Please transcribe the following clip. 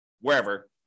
wherever